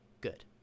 good